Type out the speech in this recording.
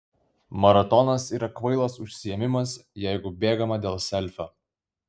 maratonas yra kvailas užsiėmimas jeigu bėgama dėl selfio